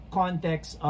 context